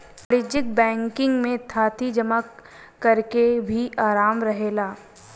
वाणिज्यिक बैंकिंग में थाती जमा करेके भी आराम रहेला